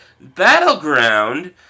Battleground